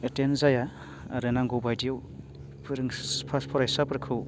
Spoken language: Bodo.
एटेन्ड जाया आरो नांगौबायदियाव फोरों फरायसाफोरखौ